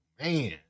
Man